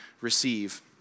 receive